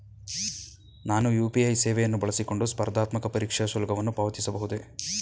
ನಾನು ಯು.ಪಿ.ಐ ಸೇವೆಯನ್ನು ಬಳಸಿಕೊಂಡು ಸ್ಪರ್ಧಾತ್ಮಕ ಪರೀಕ್ಷೆಯ ಶುಲ್ಕವನ್ನು ಪಾವತಿಸಬಹುದೇ?